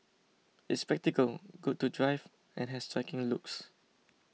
it's practical good to drive and has striking looks